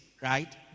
right